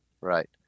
Right